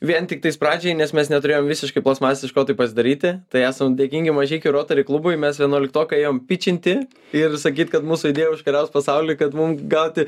vien tiktais pradžiai nes mes neturėjom visiškai plasmasės iš ko tai pasidaryti tai esam dėkingi mažeikių rotary klubui mes vienuoliktokai ėjom pičinti ir sakyt kad mūsų idėja užkariaus pasaulį kad mum gauti